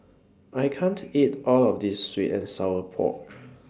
I can't eat All of This Sweet and Sour Pork